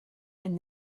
and